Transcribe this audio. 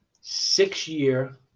six-year